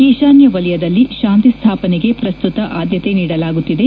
ಈಶಾನ್ಯ ವಲಯದಲ್ಲಿ ಶಾಂತಿ ಸ್ಡಾಪನೆಗೆ ಪ್ರಸ್ತುತ ಆದ್ಯತೆ ನೀಡಲಾಗುತ್ತಿದೆ